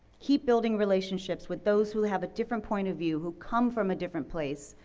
keep building relationships with those who have a different point of view, who come from a different place,